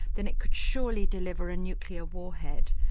then it could surely deliver a nuclear warhead.